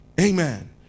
amen